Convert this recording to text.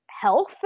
health